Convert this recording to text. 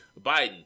Biden